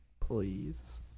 please